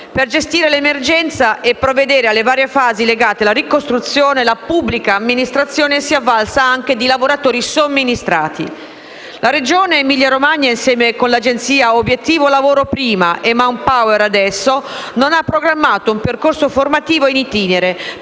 Per gestire l'emergenza e provvedere alle varie fasi legate alla ricostruzione, la pubblica amministrazione si è avvalsa anche di lavoratori somministrati. La Regione Emilia-Romagna, insieme con l'agenzia Obiettivo lavoro, prima, e Manpower, adesso, non ha programmato un percorso formativo *in itinere*